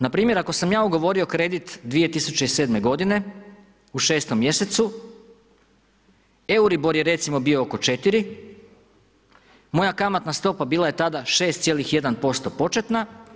Npr. ako sam ja ugovorio kredit 2007. godine u 6. mjesecu Euribor je bio recimo oko 4 moja kamatna stopa bila je tada 6,1% početna.